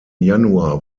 januar